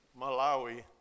Malawi